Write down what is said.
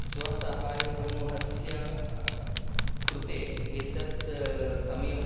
स्वसहायसमूहस्य कृते एतत् समयं